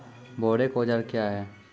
बोरेक औजार क्या हैं?